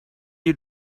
you